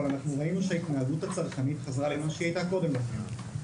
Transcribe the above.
אבל ראינו שההתנהגות הצרכנית חזרה למה שהיא הייתה קודם לכן.